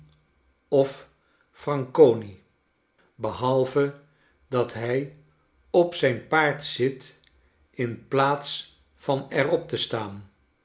of franconi behalve dat hij op zijn paard zit in plaats van er op te staan